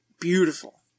beautiful